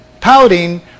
Pouting